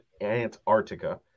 antarctica